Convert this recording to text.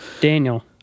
Daniel